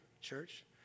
church